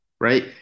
right